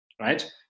right